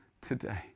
today